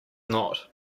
not